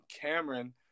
Cameron